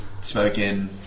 smoking